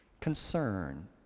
concern